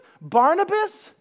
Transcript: Barnabas